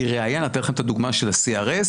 לראיה נתתי לכם את הדוגמא של ה-CRS,